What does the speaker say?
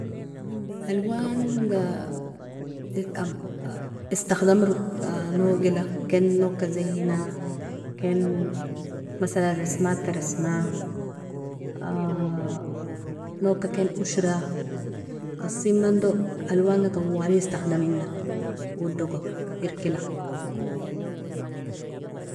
Alwanga istakhdamro nogila ken nogka zeina, ken masalan rasmata resma nogka ken oshra, asi mando alwanga tawali istakhdamina udogo irkila.